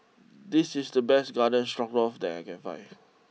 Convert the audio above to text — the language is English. this is the best Garden Stroganoff that I can find